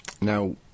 Now